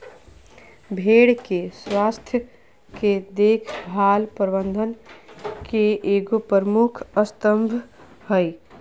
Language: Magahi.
भेड़ के स्वास्थ के देख भाल प्रबंधन के एगो प्रमुख स्तम्भ हइ